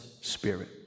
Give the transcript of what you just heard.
Spirit